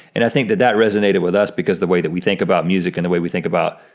and i think that that resonated with us because the way that we think about music and the way we think about